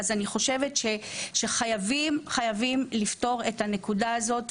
אז אני חושבת שחייבים-חייבים לפתור את הנקודה הזאת,